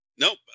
Nope